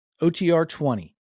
OTR20